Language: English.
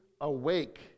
awake